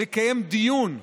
לקיים דיון מעמיק,